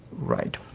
right.